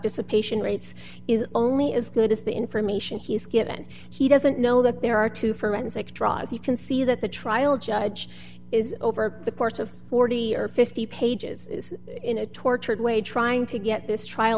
dissipating rates is only as good as the information he's given he doesn't know that there are two forensic draws you can see that the trial judge is over the course of forty or fifty pages in a tortured way trying to get this trial